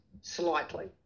slightly